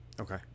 Okay